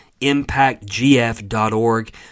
impactgf.org